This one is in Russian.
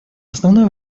основное